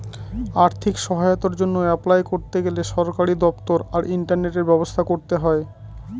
আর্থিক সহায়তার জন্য অ্যাপলাই করতে গেলে সরকারি দপ্তর আর ইন্টারনেটের ব্যবস্থা করতে হয়